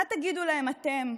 מה תגידו להם אתם,